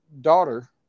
daughter